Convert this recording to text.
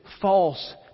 false